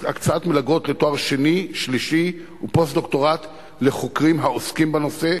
הקצאת מלגות לתואר שני ושלישי ולפוסט-דוקטורט לחוקרים העוסקים בנושא,